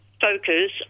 focus